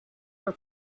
her